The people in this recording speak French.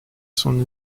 son